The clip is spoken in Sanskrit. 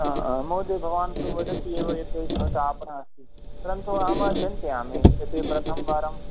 हा हा महोदय भवान् तु वदति एव यत् भवतः आपण अस्ति परन्तु अहं चिन्तयामि यतो हि प्रथमवारं